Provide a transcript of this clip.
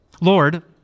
Lord